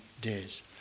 days